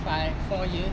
like four year